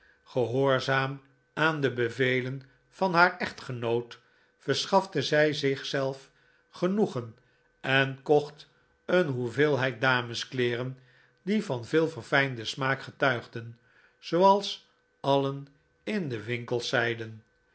gehoorzaam aan de bevelen van haar echtgenoot verschafte zij zichzelf genoegen en kocht een hoeveelheid dameskleeren die van veel verfijnden smaak getuigden zooals alien in de winkels zeiden